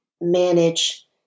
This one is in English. manage